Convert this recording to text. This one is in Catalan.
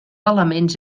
elements